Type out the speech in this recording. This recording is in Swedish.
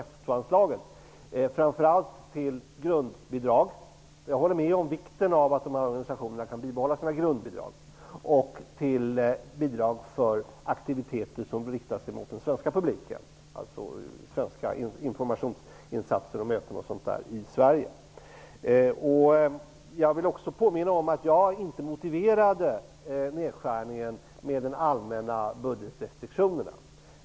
Om man gör på detta sätt innebär det att de resurser som finns på F 2-anslaget framför allt kan utnyttjas till grundbidrag och till bidrag för aktiviteter som riktar sig mot den svenska publiken, dvs. informationsinsatser och möten m.m. i Jag vill också påminna om att jag inte motiverade nedskärningen med de allmänna budgetrestriktionerna.